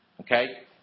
Okay